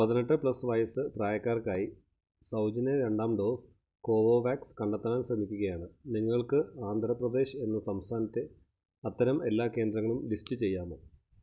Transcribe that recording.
പതിനെട്ട് പ്ലസ് വയസ്സ് പ്രായക്കാർക്കായി സൗജന്യ രണ്ടാം ഡോസ് കോവോവാക്സ് കണ്ടെത്താൻ ശ്രമിക്കുകയാണ് നിങ്ങൾക്ക് ആന്ധ്ര പ്രദേശ് എന്ന സംസ്ഥാനത്തെ അത്തരം എല്ലാ കേന്ദ്രങ്ങളും ലിസ്റ്റു ചെയ്യാമോ